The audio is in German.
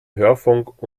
hörfunk